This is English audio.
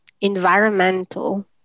environmental